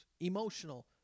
emotional